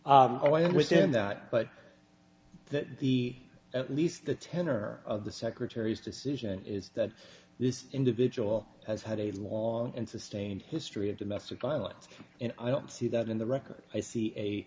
point i understand that but that he at least the tenor of the secretary's decision is that this individual has had a long and sustained history of domestic violence and i don't see that in the record i see a